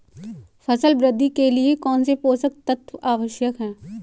फसल वृद्धि के लिए कौनसे पोषक तत्व आवश्यक हैं?